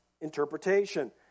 interpretation